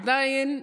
עדיין,